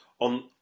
on